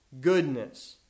goodness